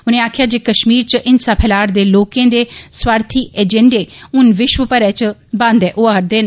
उने आक्खेआ जे कष्मीर च हिंसा फैलारदे लोकें दे स्वार्थे एजेंडें हून विष्व भरै च बादै होआ रदे न